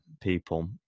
people